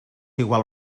igual